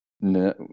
No